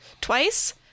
twice